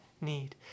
need